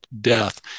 death